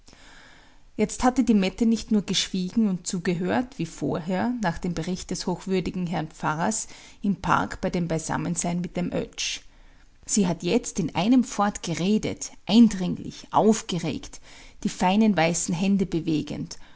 jetzt hatte die mette nicht nur geschwiegen und zugehört wie vorher nach dem bericht des hochwürdigen herrn pfarrers im park bei dem beisammensein mit dem oetsch sie hat jetzt in einem fort geredet eindringlich aufgeregt die feinen weißen hände bewegend